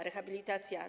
Rehabilitacja.